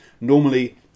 Normally